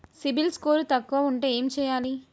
CIBIL score తక్కువ ఉంటే ఏం చేయాలి?